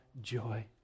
joy